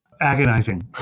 Agonizing